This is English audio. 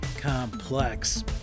complex